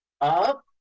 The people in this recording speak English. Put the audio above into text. Up